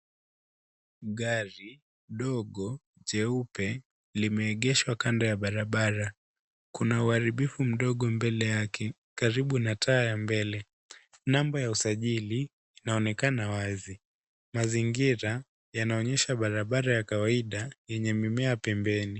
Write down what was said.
Gari ndogo jeupe limeegeshwa kando ya barabara. Kuna uharibifu mdogo mbele yake karibu na taa ya mbele. Namba ya usajili inaonekana wazi. Mazingira yanaonyesha barabara ya kawaida yenye mimea pembeni.